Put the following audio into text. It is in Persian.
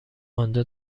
انجا